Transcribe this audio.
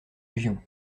légion